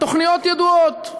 התוכניות ידועות.